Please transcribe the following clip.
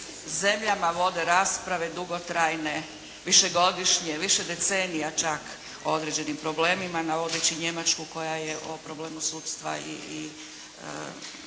zemljama vode rasprave dugotrajne, višegodišnje, više decenija čak o određenim problemima navodeći Njemačku koja je o problemu sudstva i